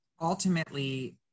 ultimately